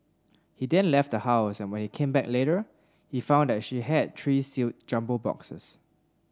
he then left the house and when he came back later he found that she had three sealed jumbo boxes